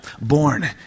born